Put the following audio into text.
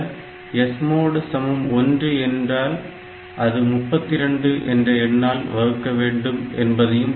SMOD 1 என்றால் அது 32 என்ற எண்ணால் வகுக்க வேண்டும் என்பதையும் பார்த்தோம்